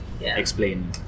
explain